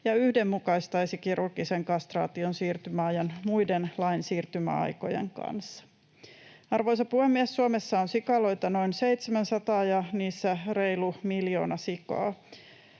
ja yhdenmukaistaisi kirurgisen kastraation siirtymäajan muiden lain siirtymäaikojen kanssa. Arvoisa puhemies! Suomessa on sikaloita noin 700 ja niissä reilu miljoona sikaa,